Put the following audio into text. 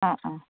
অঁ অঁ